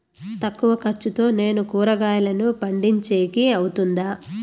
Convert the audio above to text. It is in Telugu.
తక్కువ ఖర్చుతో నేను కూరగాయలను పండించేకి అవుతుందా?